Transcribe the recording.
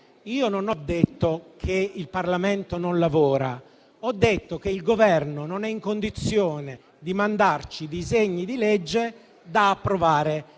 io non ho detto che il Parlamento non lavora; ho detto che il Governo non è in condizione di mandarci disegni di legge da approvare